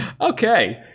Okay